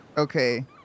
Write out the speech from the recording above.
Okay